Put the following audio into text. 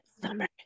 summer